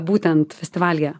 būtent festivalyje